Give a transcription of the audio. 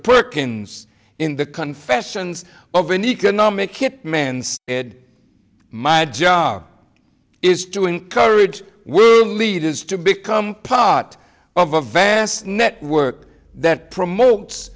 perkins in the confessions of an economic hit man my job is to encourage leaders to become part of a vast network that promotes